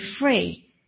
free